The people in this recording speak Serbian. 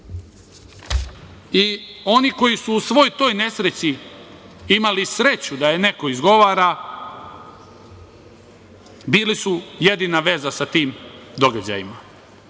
i oni koji su u svoj toj nesreći imali sreću da je neko izgovara, bili su jedina veza sa tim događajima.A